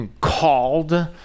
called